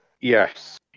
Yes